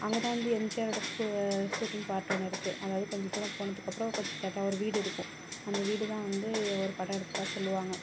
அங்கேதான் வந்து எம்ஜிஆரோட ஷூட்டிங் பாட் ஒன்று இருக்குது அதாவது கொஞ்ச தூரம் போனதுக்கப்புறம் கொஞ்சம் ஒரு வீடு இருக்கும் அந்த வீடுதான் வந்து ஒரு படம் எடுத்ததாக சொல்லுவாங்க